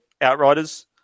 Outriders